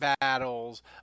battles